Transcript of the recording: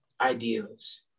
ideals